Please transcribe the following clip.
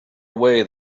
away